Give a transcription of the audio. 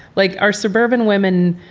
like our suburban women?